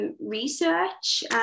research